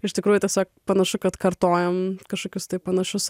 iš tikrųjų tiesiog panašu kad kartojam kažkokius tai panašius